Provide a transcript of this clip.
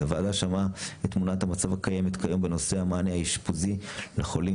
הוועדה שמעה את תמונת המצב הקיימת כיום בנושא המענה האשפוזי לחולים